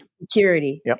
security